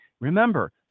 Remember